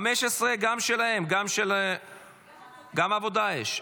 15 גם שלהם, גם העבודה יש.